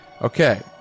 Okay